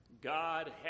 God